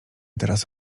teraz